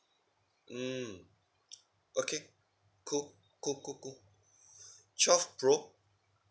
mm okay cool cool cool cool twelve pro